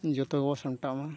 ᱡᱚᱛᱚ ᱜᱮᱵᱚ ᱥᱟᱢᱴᱟᱣ ᱢᱟ